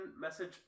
message